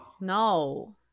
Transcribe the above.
No